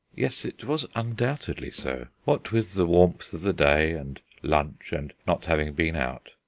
yes, it was undoubtedly so. what with the warmth of the day, and lunch, and not having been out.